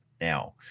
now